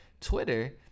Twitter